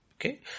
okay